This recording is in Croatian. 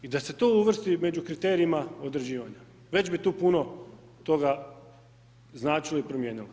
I da se to uvrsti među kriterijima određivanja, već bi tu puno toga značilo i promijenilo